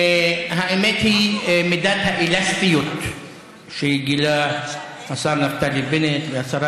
האמת היא שמידת האלסטיות שגילו השר נפתלי בנט והשרה